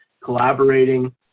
collaborating